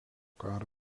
karo